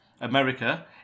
America